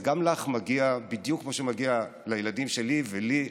אז גם לך מגיע בדיוק מה שמגיע לילדים שלי ולי,